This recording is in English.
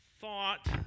thought